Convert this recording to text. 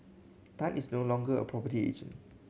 Tan is no longer a property agent